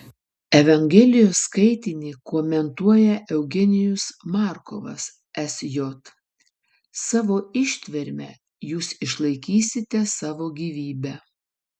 evangelijos skaitinį komentuoja eugenijus markovas sj savo ištverme jūs išlaikysite savo gyvybę